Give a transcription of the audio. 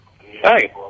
Hey